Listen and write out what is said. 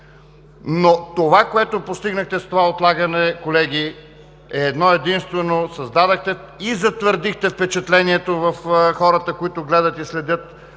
Това, което постигнахте с това отлагане, колеги, е едно-единствено – създадохте и затвърдихте впечатлението в хората, които гледат и следят